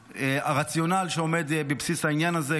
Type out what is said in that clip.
הרציונל שעומד בבסיס העניין הזה,